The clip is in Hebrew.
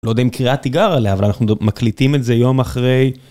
לא יודע אם קריאת תיגר עליה, אבל אנחנו מקליטים את זה יום אחרי.